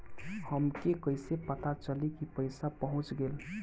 हमके कईसे पता चली कि पैसा पहुच गेल?